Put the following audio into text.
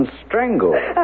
strangled